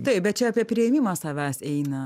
taip bet čia apie priėmimą savęs eina